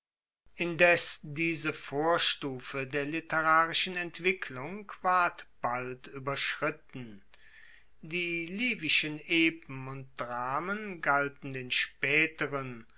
indes diese vorstufe der literarischen entwicklung ward bald ueberschritten die livischen epen und dramen galten den spaeteren